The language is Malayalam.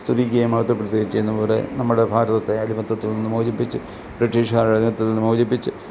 സ്തുതിക്കുകയും മഹത്തപ്പെടുത്തുകയും ചെയ്യുന്നതിലൂടെ നമ്മുടെ ഭാരതത്തെ അടിമത്തത്തിൽ നിന്ന് മോചിപ്പിച്ച് ബ്രിട്ടീഷുകാരുടെ നേതൃത്വത്തിൽ നിന്ന് മോചിപ്പിച്ച്